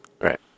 Right